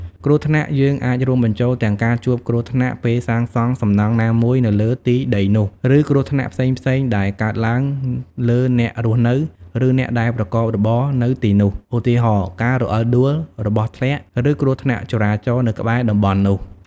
គ្រោះថ្នាក់ យើងអាចរួមបញ្ចូលទាំងការជួបគ្រោះថ្នាក់ពេលសាងសង់សំណង់ណាមួយនៅលើទីដីនោះ ឬគ្រោះថ្នាក់ផ្សេងៗដែលកើតឡើងលើអ្នករស់នៅ ឬអ្នកដែលប្រកបរបរនៅទីនោះ។ ឧទាហរណ៍ ការរអិលដួល របស់ធ្លាក់ ឬគ្រោះថ្នាក់ចរាចរណ៍នៅក្បែរតំបន់នោះ។